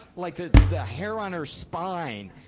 like the, the hair on her spine.